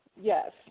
Yes